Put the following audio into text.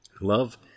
Love